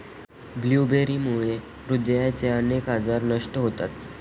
ब्लूबेरीमुळे हृदयाचे अनेक आजार नष्ट होतात